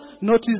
notice